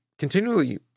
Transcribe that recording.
Continually